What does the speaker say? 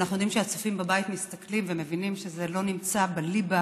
כשאנחנו יודעים שהצופים בבית מסתכלים ומבינים שזה לא נמצא בליבה